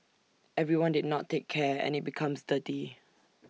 everyone did not take care and IT becomes dirty